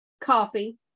coffee